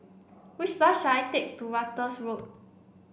which bus should I take to Ratus Road